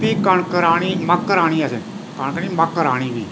फ्ही कनक राह्नी मक्क राह्नी असैं कनक नि मक्क राह्नी फ्ही